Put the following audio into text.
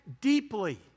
deeply